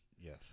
Yes